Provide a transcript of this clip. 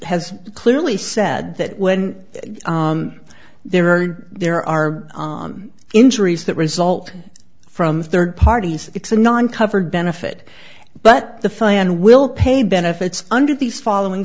has clearly said that when there are there are injuries that result from third parties it's a non covered benefit but the fine and we'll pay benefits under these following